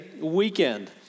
weekend